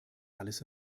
alles